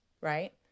right